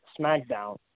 SmackDown